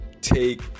take